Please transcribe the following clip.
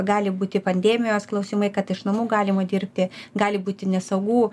gali būti pandemijos klausimai kad iš namų galima dirbti gali būti nesaugu